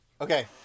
Okay